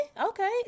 okay